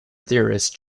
theorists